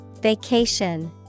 Vacation